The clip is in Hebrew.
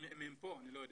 אם הם פה, אני לא יודע,